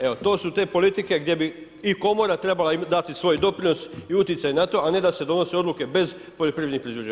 Evo, to su te politike gdje bi i komora trebala dati svoj doprinos i utjecaj na to, a ne da se donose odluke bez poljoprivrednih proizvođača.